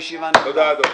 הישיבה נעולה.